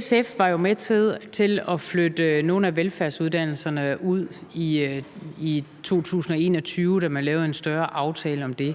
SF var jo med til at flytte nogle af velfærdsuddannelserne ud i 2021, da man lavede en større aftale om det.